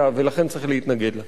ולכן צריך להתנגד לה.